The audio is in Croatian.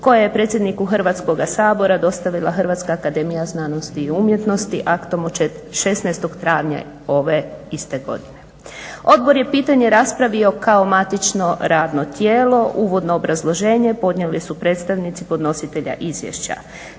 koja je predsjedniku Hrvatskoga sabora dostavila Hrvatska akademija znanosti i umjetnosti aktom od 16. travnja ove iste godine. Odbor je pitanje raspravio kao matično radno tijelo. Uvodno obrazloženje podnijeli su predstavnici podnositelja izvješća